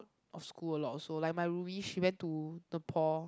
of school lor also like my roomie she went to Nepal